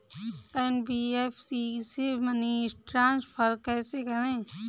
NBFC से money transfer कैसे करें?